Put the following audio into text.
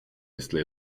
jestli